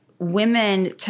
women